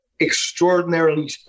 extraordinarily